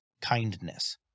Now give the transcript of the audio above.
kindness